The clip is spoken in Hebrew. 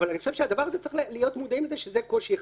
אני חושב שצריך להיות מודעים לזה שזה קושי אחד.